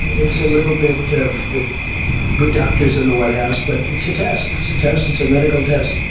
it's a little bit of good doctors in the white house. but it's a test. it's a test. it's a medical test.